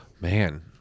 Man